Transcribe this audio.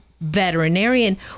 veterinarian